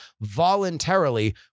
voluntarily